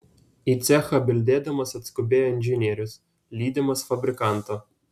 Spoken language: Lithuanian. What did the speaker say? į cechą bildėdamas atskubėjo inžinierius lydimas fabrikanto